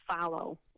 follow